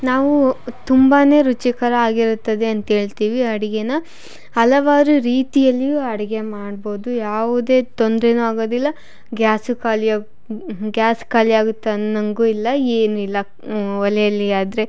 ನಾವು ತುಂಬಾ ರುಚಿಕರ ಆಗಿರುತ್ತದೆ ಅಂತೇಳ್ತೀವಿ ಅಡಿಗೆನ ಹಲವಾರು ರೀತಿಯಲ್ಲಿಯೂ ಅಡಿಗೆ ಮಾಡ್ಬೋದು ಯಾವುದೇ ತೊಂದರೆನೂ ಆಗೋದಿಲ್ಲ ಗ್ಯಾಸೂ ಖಾಲಿಯಾಗಿ ಗ್ಯಾಸ್ ಖಾಲಿಯಾಗತ್ತೆ ಅನ್ನೊಂಗು ಇಲ್ಲ ಏನಿಲ್ಲ ಒಲೆಯಲ್ಲಿ ಆದರೆ